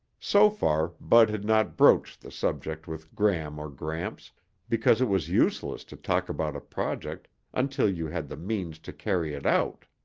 so far bud had not broached the subject with gram or gramps because it was useless to talk about a project until you had the means to carry it out.